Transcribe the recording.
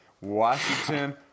Washington